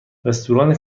رستوران